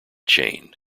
chain